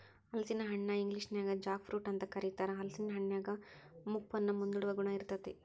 ಹಲಸಿನ ಹಣ್ಣನ ಇಂಗ್ಲೇಷನ್ಯಾಗ ಜಾಕ್ ಫ್ರೂಟ್ ಅಂತ ಕರೇತಾರ, ಹಲೇಸಿನ ಹಣ್ಣಿನ್ಯಾಗ ಮುಪ್ಪನ್ನ ಮುಂದೂಡುವ ಗುಣ ಇರ್ತೇತಿ